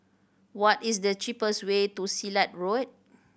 what is the cheapest way to Silat Road